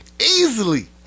Easily